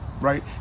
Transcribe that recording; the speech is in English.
right